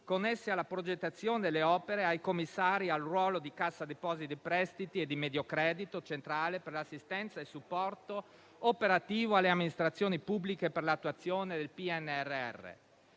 connesse alla progettazione delle opere, ai commissari, al ruolo di Cassa depositi e prestiti e di Mediocredito centrale per l'assistenza e il supporto operativo alle amministrazioni pubbliche per l'attuazione del PNRR.